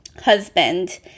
husband